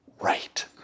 right